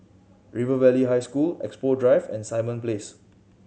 River Valley High School Expo Drive and Simon Place